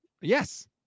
Yes